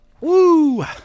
Woo